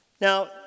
Now